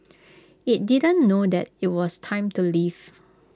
IT didn't know that IT was time to leave